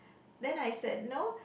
then I said no